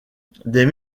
des